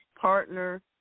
partner